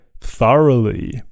thoroughly